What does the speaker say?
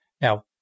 Now